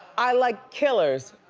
i like killers.